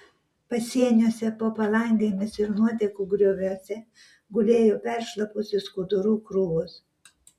pasieniuose po palangėmis ir nuotekų grioviuose gulėjo peršlapusių skudurų krūvos